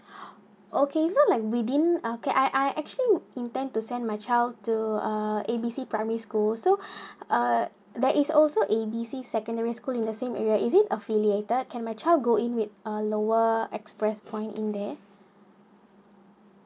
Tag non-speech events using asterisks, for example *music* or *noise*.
*breath* okay so like within uh can I I actually intend to send my child to uh A B C primary school so *breath* uh there is also A B C secondary school in the same area is it affiliated can my child go in with a lower express point in there